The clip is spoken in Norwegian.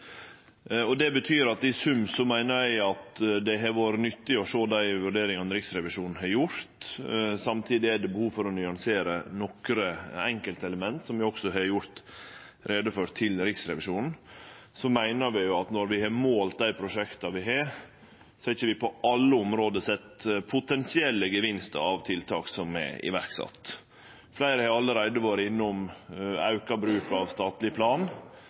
på. Det betyr at i sum meiner eg det har vore nyttig å sjå dei vurderingane Riksrevisjonen har gjort, samtidig er det behov for å nyansere nokre enkeltelement. Som vi òg har gjort greie for til Riksrevisjonen, meiner vi at når vi har målt prosjekta våre, har vi ikkje på alle område sett potensielle gevinstar av tiltak som er sette i verk. Fleire har allereie vore innom auka bruk av statleg plan.